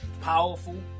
Powerful